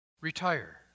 Retire